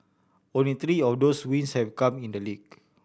only three of those wins have come in the league